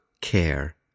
care